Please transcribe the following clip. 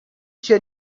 się